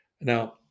now